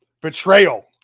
betrayal